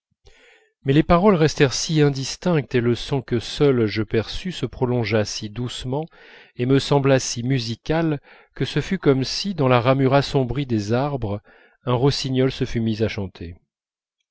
mais les paroles restèrent si indistinctes et le son que seul je perçus se prolongea si doucement et me sembla si musical que ce fut comme si dans la ramure assombrie des arbres un rossignol se fût mis à chanter